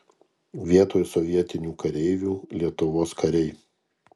vietoj sovietinių kareivių lietuvos kariai